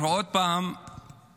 אנחנו עוד פעם קמים